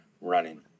running